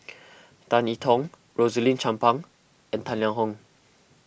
Tan I Tong Rosaline Chan Pang and Tang Liang Hong